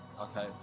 Okay